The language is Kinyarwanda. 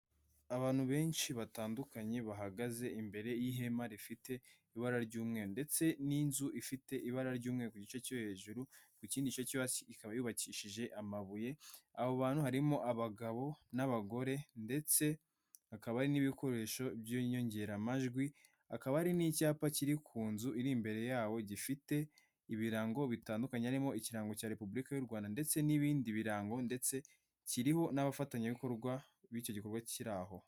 Abantu benshi batandukanye bahagaze imbere y'ihema rifite ibara ry'umweru ndetse n'inzu ifite ibara ry'umweru ku gice cyo hejuru ku kindi gice cyo hasi ikaba y'ubakishije amabuye abo bantu harimo abagabo n'abagore ndetse hakaba hari n'ibikoresho by'inyongeramajwi, hakaba hari n'icyapa kiri ku nzu iri imbere yawo gifite ibirango bitandukanye harimo ikirango cya repubulika y'u Rwanda, ndetse n'ibindi birango ndetse kiriho n'abafatanyabikorwa b'icyo gikorwa kiri aho.